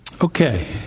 Okay